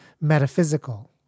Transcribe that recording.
metaphysical